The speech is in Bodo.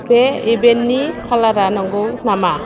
बे इभेन्टनि कालारा नंगौ नामा